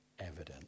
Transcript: evident